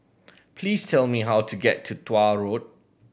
please tell me how to get to Tuah Road